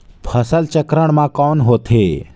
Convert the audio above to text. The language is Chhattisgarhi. फसल चक्रण मा कौन होथे?